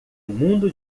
mundo